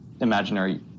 imaginary